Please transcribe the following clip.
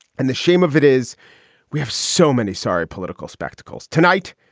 and the shame of it is we have so many sorry political spectacles tonight.